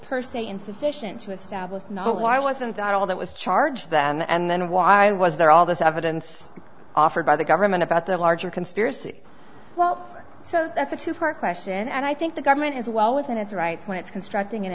per se insufficient to establish not why wasn't god all that was charged and then why was there all this evidence offered by the government about the larger conspiracy well so that's a two part question and i think the government is well within its rights when it's constructing an